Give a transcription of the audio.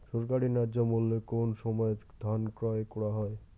সরকারি ন্যায্য মূল্যে কোন সময় ধান ক্রয় করা হয়?